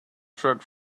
truck